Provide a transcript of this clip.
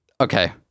Okay